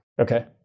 Okay